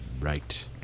Right